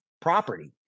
property